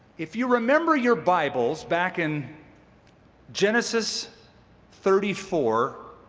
if you remember your bibles, back in genesis thirty four,